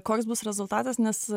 koks bus rezultatas nes